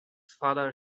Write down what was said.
father